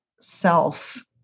self